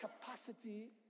capacity